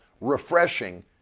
refreshing